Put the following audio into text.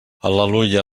al·leluia